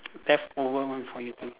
leftover one for eating